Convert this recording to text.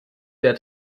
der